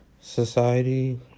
Society